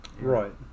Right